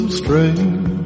strange